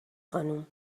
خانم